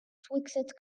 twixt